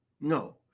no